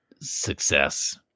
success